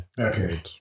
okay